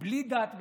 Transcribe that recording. בלי דת בכלל,